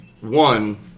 one